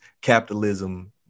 capitalism